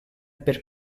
per